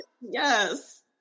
Yes